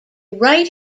right